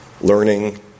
learning